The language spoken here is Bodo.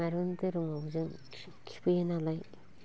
माइरं दैरङाव जों खिफैयोनालाय